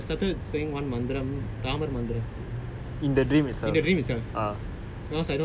oh no after that right I close my eyes and I started saying one மந்திரம் ராமர் மந்திரம்:mantiram raamar mantiram